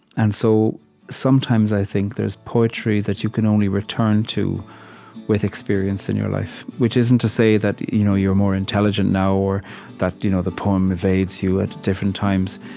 and so sometimes, i think, there's poetry that you can only return to with experience in your life which isn't to say that you know you're more intelligent now or that you know the poem evades you at different times.